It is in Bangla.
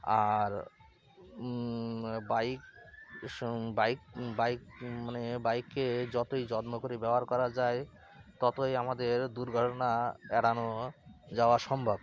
আর বাইক বাইক বাইক মানে বাইককে যতই যত্ন করে ব্যবহার করা যায় ততই আমাদের দুর্ঘটনা এড়ানো যাওয়া সম্ভব